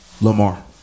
Lamar